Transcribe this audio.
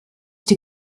die